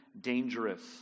dangerous